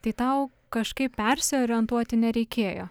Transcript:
tai tau kažkaip persiorientuoti nereikėjo